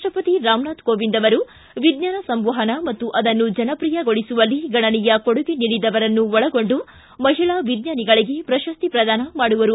ರಾಷ್ಟಪತಿ ರಾಮನಾಥ್ ಕೋವಿಂದ್ ಅವರು ವಿಜ್ಞಾನ ಸಂವಹನ ಮತ್ತು ಅದನ್ನು ಜನಪ್ರಿಯಗೊಳಿಸುವಲ್ಲಿ ಗಣನೀಯ ಕೊಡುಗೆ ನೀಡಿದವರನ್ನು ಒಳಗೊಂಡು ಮಹಿಳಾ ವಿಜ್ಞಾನಿಗಳಗೆ ಪ್ರಶಸ್ತಿ ಪ್ರದಾನ ಮಾಡುವರು